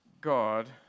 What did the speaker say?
God